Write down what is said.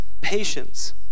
patience